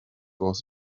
was